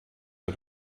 der